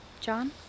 John